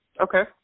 okay